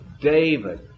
David